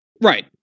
Right